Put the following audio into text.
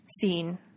seen